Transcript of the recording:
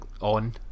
on